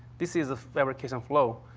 this is a fabrication flow.